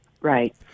Right